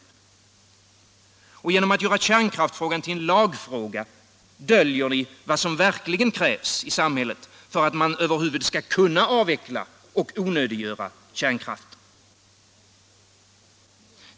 45 Genom att göra kärnkraftsfrågan till en "lagfråga döljer ni vad som verkligen krävs för att man skall kunna avveckla och onödiggöra kärnkraften.